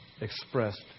expressed